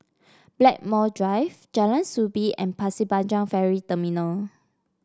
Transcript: Blackmore Drive Jalan Soo Bee and Pasir Panjang Ferry Terminal